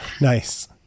Nice